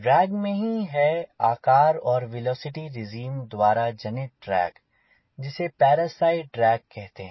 drag में ही है आकार और वेलोसिटी रेजिम द्वारा जनित ड्रैग जिसे पैरासाइट ड्रैग कहते हैं